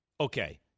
Okay